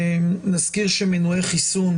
נזכיר שמנועי חיסון